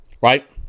right